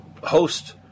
host